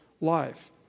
life